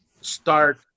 start